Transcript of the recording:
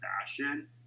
fashion